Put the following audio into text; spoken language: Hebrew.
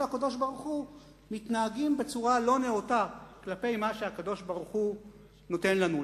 הקדוש-ברוך-הוא מתנהגים בצורה לא נאותה כלפי מה שהקדוש-ברוך-הוא נותן לנו,